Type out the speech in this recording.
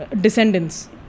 descendants